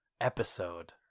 episode